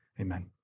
Amen